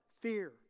fear